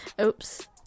Oops